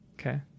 Okay